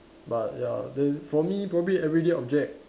but ya then for me probably everyday project